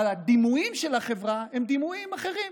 אבל הדימויים של החברה הם דימויים אחרים,